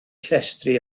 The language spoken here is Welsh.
llestri